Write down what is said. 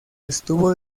estuvo